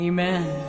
Amen